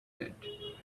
yet